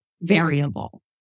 variable